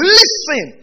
listen